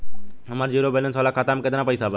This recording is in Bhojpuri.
हमार जीरो बैलेंस वाला खाता में केतना पईसा बा?